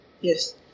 Yes